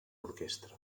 orquestra